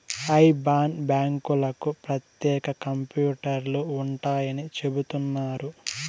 IBAN బ్యాంకులకు ప్రత్యేక కంప్యూటర్లు ఉంటాయని చెబుతున్నారు